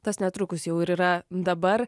tas netrukus jau ir yra dabar